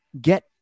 get